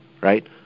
Right